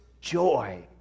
joy